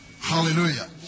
hallelujah